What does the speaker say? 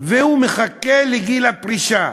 והוא מחכה לגיל הפרישה.